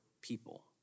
people